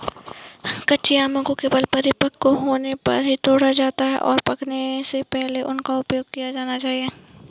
कच्चे आमों को केवल परिपक्व होने पर ही तोड़ा जाता है, और पकने से पहले उनका उपयोग किया जाना चाहिए